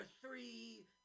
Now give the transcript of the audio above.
three